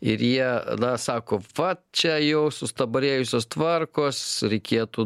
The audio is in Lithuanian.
ir jie na sako vat čia jau sustabarėjusios tvarkos reikėtų